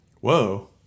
Whoa